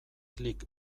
klik